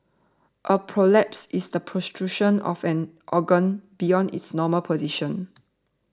a prolapse is the protrusion of an organ beyond its normal position